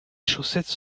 chaussettes